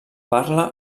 parla